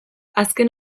azken